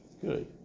Good